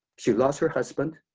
she lost her husband,